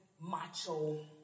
macho